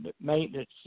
maintenance